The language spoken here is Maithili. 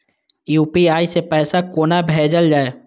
यू.पी.आई सै पैसा कोना भैजल जाय?